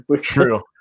True